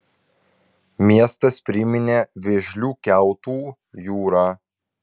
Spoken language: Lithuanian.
miestas priminė vėžlių kiautų jūrą